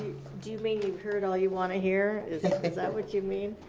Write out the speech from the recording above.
do you mean you've heard all you want to hear? is is that what you mean?